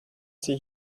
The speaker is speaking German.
sie